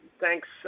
Thanks